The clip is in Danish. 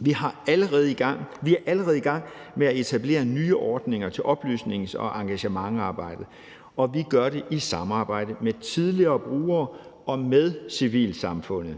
Vi er allerede i gang med at etablere nye ordninger til oplysnings- og engagementsarbejdet, og vi gør det i samarbejde med tidligere brugere og med civilsamfundet.